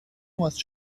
ماست